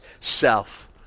self